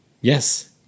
yes